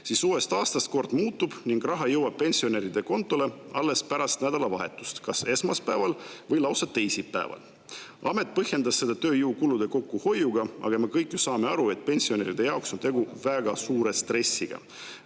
siis uuest aastast kord muutub ning raha jõuab pensionäride kontole alles pärast nädalavahetust, kas esmaspäeval või lausa teisipäeval. Amet põhjendas seda tööjõukulude kokkuhoiuga, aga me kõik ju saame aru, et pensionäride jaoks on tegu väga suure stressiga.